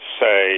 say